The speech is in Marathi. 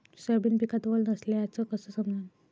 सोयाबीन पिकात वल नसल्याचं कस समजन?